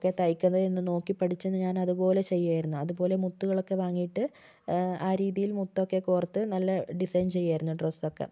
ഒക്കെ തൈക്കുന്നത് എന്ന് നോക്കിപഠിച്ചു ഞാനതുപോലെ ചെയ്യുമായിരുന്നു അതുപോലെ മുത്തുകളൊക്കെ വാങ്ങിയിട്ട് ആ രീതിയിൽ മുത്തൊക്കെ കോർത്ത് നല്ല ഡിസൈൻ ചെയ്യുമായിരുന്നു ഡ്രെസ്സൊക്കെ